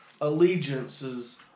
allegiances